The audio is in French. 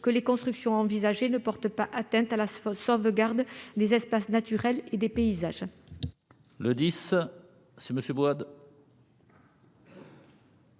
que les constructions envisagées ne portent pas atteinte à la sauvegarde des espaces naturels et des paysages.